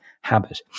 habit